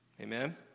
Amen